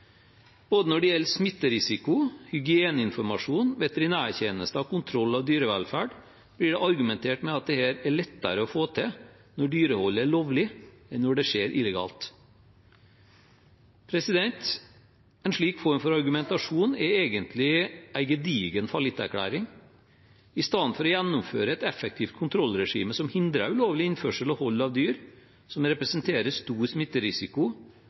Både når det gjelder smitterisiko, hygieneinformasjon, veterinærtjenester og kontroll av dyrevelferden, blir det argumentert med at dette er lettere å få til når dyreholdet er lovlig enn når det skjer illegalt. En slik form for argumentasjon er egentlig en gedigen fallitterklæring. I stedet for å gjennomføre et effektivt kontrollregime som hindrer ulovlig innførsel og hold, av dyr som representerer stor smitterisiko